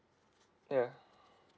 ya